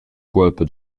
cuolpa